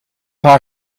haar